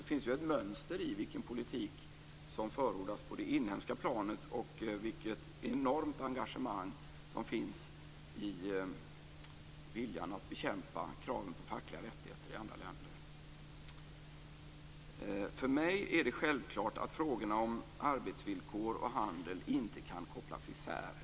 Det finns ju ett mönster i den politik som förordas på det inhemska planet och det enorma engagemang som finns i viljan att bekämpa kraven på fackliga rättigheter i andra länder. För mig är det självklart att frågorna om arbetsvillkor och handel inte kan kopplas isär.